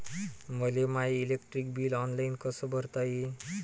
मले my electric bill online कस भरता येईन?